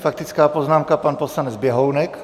Faktická poznámka, pan poslanec Běhounek.